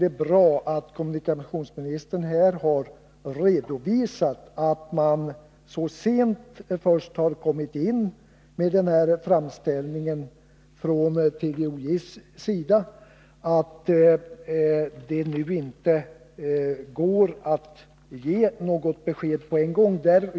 Det är bra att kommunikationsministern här har redovisat att man från TGOJ:s sida kommit in så sent med sin framställning att det inte går att ge ett besked nu.